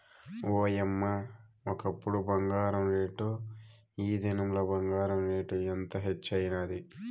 ఓయమ్మ, ఒకప్పుడు బంగారు రేటు, ఈ దినంల బంగారు రేటు ఎంత హెచ్చైనాది